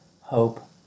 hope